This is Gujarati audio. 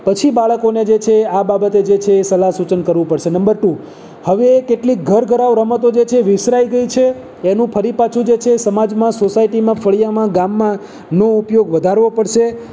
પછી બાળકોને જે છે એ આ બાબતે એ જે છે સલાહ સૂચન કરવું પડશે નંબર ટુ હવે કેટલીક ઘરઘરાઉ રમતો જે છે વિસરાઈ ગઈ છે એનું ફરી પાછું જે છે સમાજમાં સોસાયટીમાં ફળીયામાં ગામમાંનો ઉપયોગ વધારવો પડશે